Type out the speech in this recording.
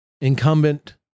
incumbent